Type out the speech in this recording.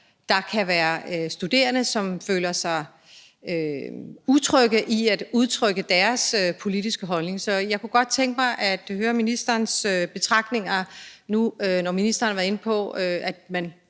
der kan være studerende, som føler sig utrygge ved at udtrykke deres politiske holdning. Så jeg kunne godt tænke mig at høre ministerens betragtninger, nu ministeren var inde på, at man